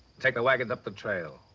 take the wagons up the trail.